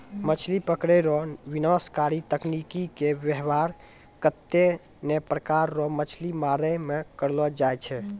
मछली पकड़ै रो विनाशकारी तकनीकी के वेवहार कत्ते ने प्रकार रो मछली मारै मे करलो जाय छै